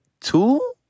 two